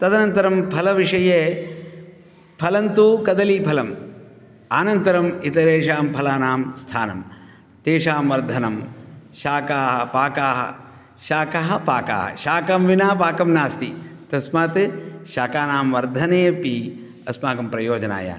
तदनन्तरं फलविषये फलन्तु कदलीफलम् आनन्तरम् इतरेषां फलानां स्थानं तेषां वर्धनं शाकाः पाकाः शाकाः पाकाः शाकं विना पाकं नास्ति तस्मात् शाकानां वर्धने अपि अस्माकं प्रयोजनाय